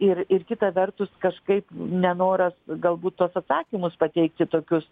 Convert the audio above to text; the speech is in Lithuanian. ir ir kita vertus kažkaip nenoras galbūt tuos atsakymus pateikti tokius